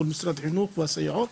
במשרד החינוך והסייעות,